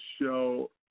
show